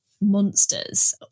monsters